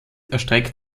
erstreckt